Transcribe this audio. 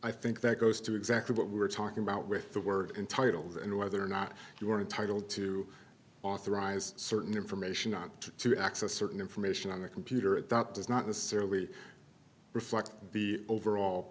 i think that goes to exactly what we're talking about with the word entitled and whether or not you are entitled to authorize certain information not to access certain information on the computer at that does not necessarily reflect the overall